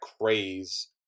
craze